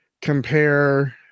compare